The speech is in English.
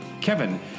Kevin